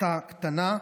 הפחתה קטנה,